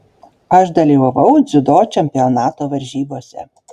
aš dalyvavau dziudo čempionato varžybose